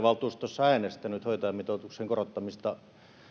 valtuustossa äänestänyt hoitajamitoituksen korottamista